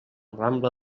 rambla